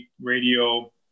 radio